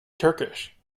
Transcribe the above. turkish